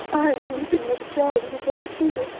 and weeping like a child with a burnt finger.